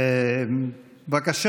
תודה.